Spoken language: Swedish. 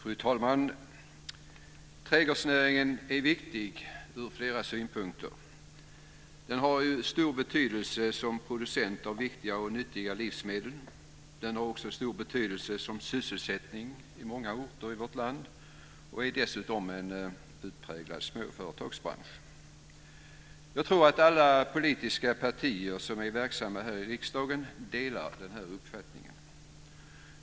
Fru talman! Trädgårdsnäringen är viktig ur flera synpunkter. Den har stor betydelse som producent av viktiga och nyttiga livsmedel. Den har också stor betydelse som sysselsättning på många orter i vårt land och är dessutom en utpräglad småföretagsbransch. Jag tror att alla politiska partier som är verksamma här i riksdagen delar denna uppfattning.